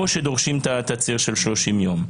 או שדורשים תצהיר של 30 ימים.